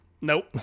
Nope